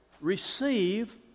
receive